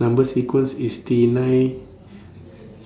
Number sequence IS T nine